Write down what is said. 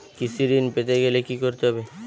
কৃষি ঋণ পেতে গেলে কি করতে হবে?